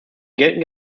geltenden